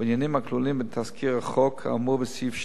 בעניינים הכלולים בתזכיר החוק האמור בסעיף 2,